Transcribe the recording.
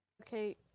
Okay